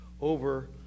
over